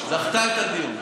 דחתה את הדיון.